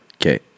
Okay